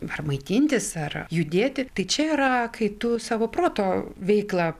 ar maitintis ar judėti tai čia yra kai tu savo proto veiklą